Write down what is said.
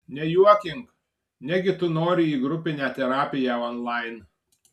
nejuokink negi tu nori į grupinę terapiją onlain